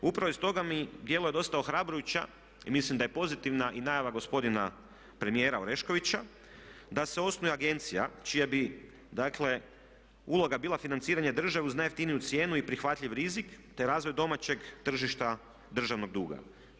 Upravo iz toga mi djeluje dosta ohrabrujuća i mislim da je pozitivna i najava gospodina premijera Oreškovića da se osnuje agencija čija bi dakle uloga bila financiranje države uz najjeftiniju cijenu i prihvatljiv rizik te razvoj domaćeg tržišta državnog duga.